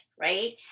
right